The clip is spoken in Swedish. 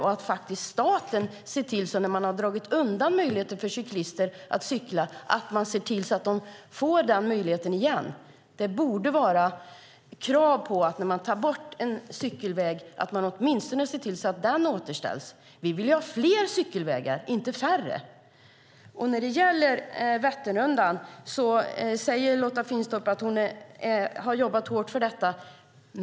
Och när man har dragit undan möjligheten för cyklister att cykla ska staten se till att de får den möjligheten igen. Det borde vara krav på att man när man tar bort en cykelväg åtminstone ser till att den återställs. Vi vill ha fler cykelvägar, inte färre. När det gäller Vätternrundan säger Lotta Finstorp att hon har jobbat hårt för detta.